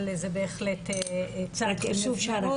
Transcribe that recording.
אבל זה בהחלט צעד חשוב מאוד